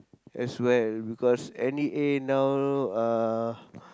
as well because N_E_A now uh